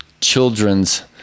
children's